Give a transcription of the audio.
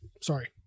Sorry